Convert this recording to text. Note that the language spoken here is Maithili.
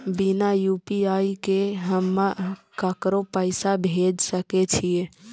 बिना यू.पी.आई के हम ककरो पैसा भेज सके छिए?